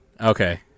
Okay